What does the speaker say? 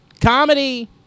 Comedy